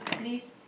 please